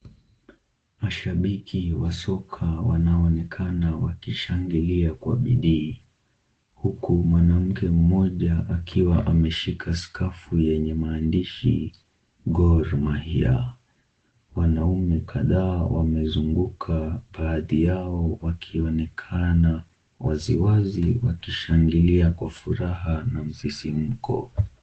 Mashabiki wa soka wanaonekana wakishangilia kwa bidii, huku mwanamke mmoja akiwa ameshika skafu yenye maandishi Gor Mahia, wanaume kadha wamezunguka baadhi yao wakionekana waziwazi wakishangilia kwa furaha na msisimuko.